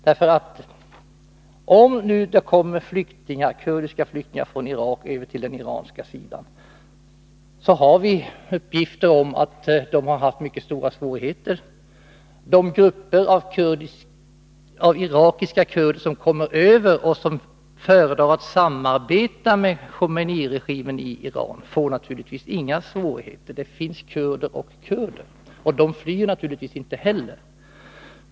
När det gäller kurder som flyr från Irak över gränsen till den iranska sidan finns det uppgifter om att de har haft mycket stora svårigheter. De grupper av irakiska kurder som kommer över gränsen och som föredrar att samarbeta med Khomeiniregimen i Iran får naturligtvis inga svårigheter — det finns kurder och kurder. Naturligtvis kan man inte heller säga att de flyr.